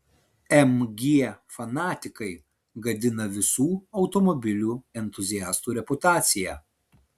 mg fanatikai gadina visų automobilių entuziastų reputaciją